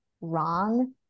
wrong